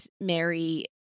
Mary